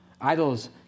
Idols